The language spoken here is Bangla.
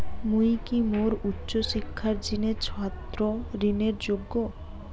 মুই কি মোর উচ্চ শিক্ষার জিনে ছাত্র ঋণের যোগ্য?